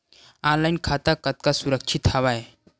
Online खाता कतका सुरक्षित हवय?